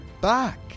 back